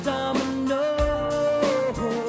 Domino